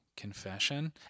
Confession